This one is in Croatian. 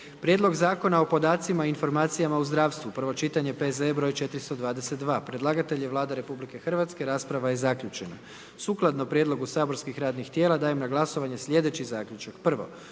Prijedlog Zakona o vinu, prvo čitanje P.Z.E. broj 430. Predlagatelj je Vlada RH, rasprava je zaključena. Sukladno prijedlogu saborskih radnih tijela, dajem na glasovanje slijedeći zaključak.